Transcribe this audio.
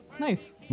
nice